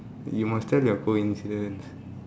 you must tell your coincidence